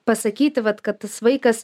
pasakyti vat kad tas vaikas